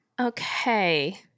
Okay